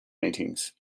meetings